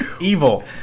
evil